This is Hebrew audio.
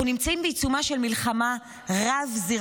אנחנו נמצאים בעיצומה של מלחמה רב-זירתית,